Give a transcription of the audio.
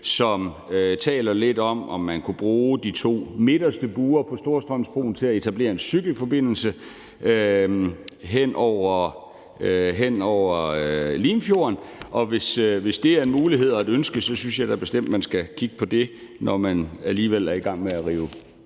som taler lidt om, om man kunne bruge de to midterste buer på Storstrømsbroen til at etablere en cykelforbindelse hen over Limfjorden, og hvis det er en mulighed og et ønske, synes jeg da bestemt, man skal kigge på det, når man alligevel er i gang med at rive